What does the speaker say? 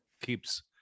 keeps